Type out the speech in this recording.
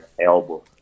elbow